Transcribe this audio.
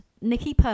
Nikki